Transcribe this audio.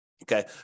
Okay